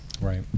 Right